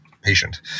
patient